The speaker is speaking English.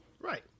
Right